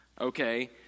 Okay